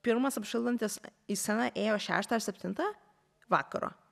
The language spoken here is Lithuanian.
pirmas apšildantis į sceną ėjo šeštą ar septintą vakaro